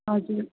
हजुर